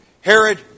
Herod